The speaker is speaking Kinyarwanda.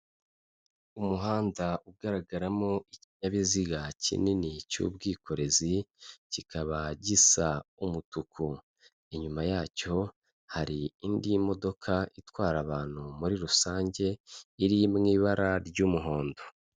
Umuhanda ugaragaramo ikinyabiziga kinini cy'ubwikorezi kikaba gisa umutuku, inyuma yacyo hari indi modoka itwara abantu muri rusange, iri mu ibara ry'umuhondo.